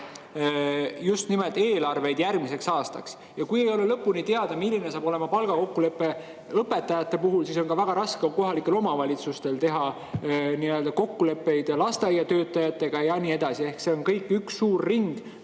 just nimelt eelarveid järgmiseks aastaks ja kui ei ole lõpuni teada, milline saab olema palgakokkulepe õpetajate puhul, siis on kohalikel omavalitsustel väga raske teha kokkuleppeid lasteaiatöötajatega ja nii edasi. Ehk see on kõik üks suur ring,